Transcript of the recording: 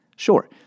Sure